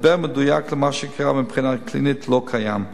הסבר מדויק למה שקרה מבחינה קלינית לא קיים.